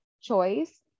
choice